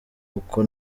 uko